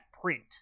print